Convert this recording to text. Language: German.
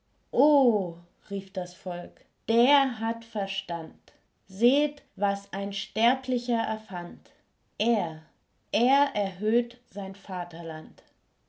rief das volk der hat verstand seht was ein sterblicher erfand er er erhöht sein vaterland